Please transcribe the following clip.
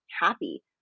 happy